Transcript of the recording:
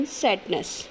sadness